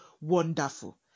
wonderful